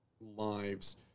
lives